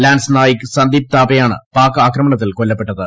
lance Naik Sandeep താപെയാണ് പാക് ആക്രമണത്തിൽ കൊല്ലപ്പെട്ടത്